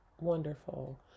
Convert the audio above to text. wonderful